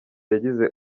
yagize